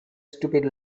stupid